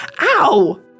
Ow